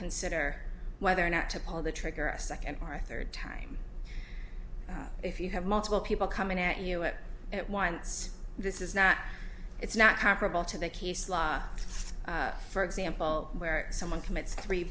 consider whether or not to pull the trigger a second or third time if you have multiple people coming at you it at once this is not it's not comparable to the case law for example where someone commits three